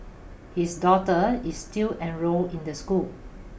his daughter is still enrolled in the school